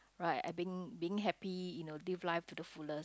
right I being being happy you know live life to the fullest